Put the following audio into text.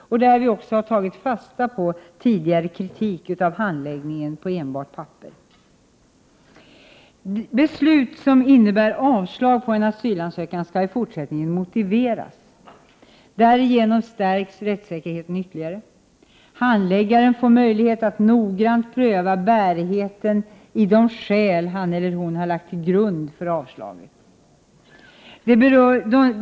Vi har där tagit fasta på tidigare kritik av enbart skriftlig handläggning. Beslut som innebär avslag på en asylansökan skall i fortsättningen motiveras. Därigenom stärks rättssäkerheten ytterligare. Handläggaren får möjlighet att noggrant pröva bärigheten av de skäl han eller hon lägger till grund för avslaget.